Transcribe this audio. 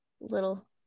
little